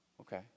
Okay